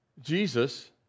Jesus